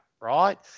right